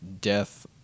death